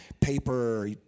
paper